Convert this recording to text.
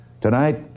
Tonight